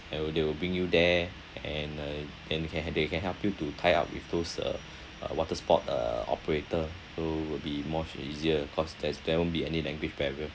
they will they will bring you there and uh then they can they can help you to tie up with those uh uh water sport uh operator so will be much easier cause there's there won't be any language barrier